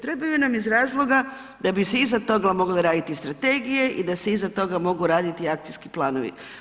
Trebaju nam iz razloga da bi se iza toga mogla raditi strategije i da bi se iza toga moli raditi akcijski planovi.